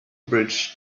bridge